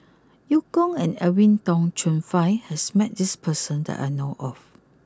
Eu Kong and Edwin Tong Chun Fai has met this person that I know of